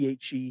PHE